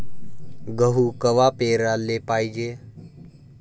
गहू कवा पेराले पायजे?